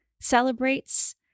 celebrates